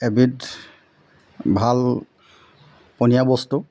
এবিধ ভাল পনীয়া বস্তু